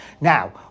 Now